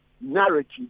narrative